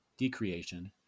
decreation